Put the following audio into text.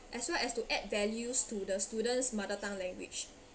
as well as to add values to the student's mother tongue language